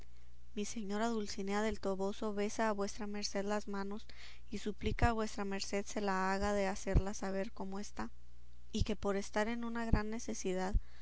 mi señora dulcinea del toboso besa a vuestra merced las manos y suplica a vuestra merced se la haga de hacerla saber cómo está y que por estar en una gran necesidad